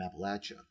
Appalachia